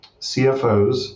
CFOs